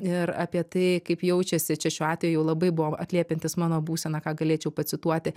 ir apie tai kaip jaučiasi čia šiuo atveju labai buvo atliepiantis mano būseną ką galėčiau pacituoti